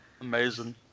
Amazing